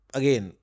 again